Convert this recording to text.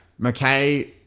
McKay